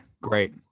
great